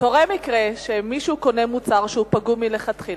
קורה מקרה שמישהו קונה מוצר שהוא פגום מלכתחילה,